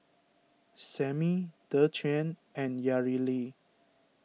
Sammie Dequan and Yareli